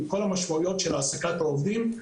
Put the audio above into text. עם כל המשמעויות של העסקתם העובדים.